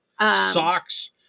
socks